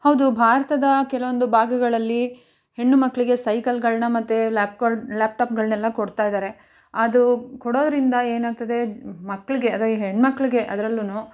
ಹೌದು ಭಾರತದ ಕೆಲವೊಂದು ಭಾಗಗಳಲ್ಲಿ ಹೆಣ್ಣು ಮಕ್ಕಳಿಗೆ ಸೈಕಲ್ಲುಗಳನ್ನು ಮತ್ತು ಲ್ಯಾಪ್ಕ ಲ್ಯಾಪ್ಟಾಪ್ಗಳನ್ನೆಲ್ಲ ಕೊಡ್ತಾ ಇದ್ದಾರೆ ಅದು ಕೊಡೋದರಿಂದ ಏನಾಗ್ತದೆ ಮಕ್ಕಳಿಗೆ ಅದೇ ಹೆಣ್ಣುಮಕ್ಳಿಗೆ ಅದ್ರಲ್ಲೂ